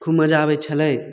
खूब मजा आबय छलै